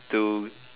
to